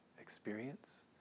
experience